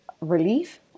relief